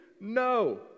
No